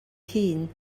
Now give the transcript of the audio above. hun